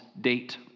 date